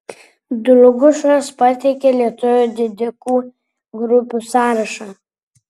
dlugošas pateikia lietuvių didikų grupių sąrašą